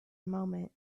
moment